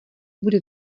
bude